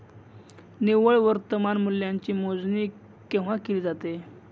निव्वळ वर्तमान मूल्याची मोजणी केव्हा केली जाते?